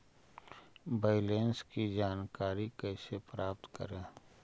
Balance की जानकारी कैसे प्राप्त करे?